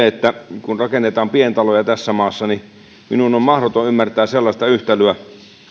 että kun rakennetaan pientaloja tässä maassa niin minun on mahdoton ymmärtää sellaista yhtälöä